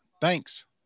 Thanks